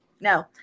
no